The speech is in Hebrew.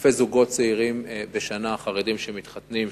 לאלפי זוגות צעירים חרדים בשנה שהם מתחתנים,